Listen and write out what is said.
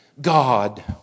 God